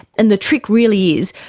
and the trick really is,